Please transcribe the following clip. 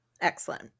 Excellent